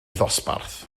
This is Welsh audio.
ddosbarth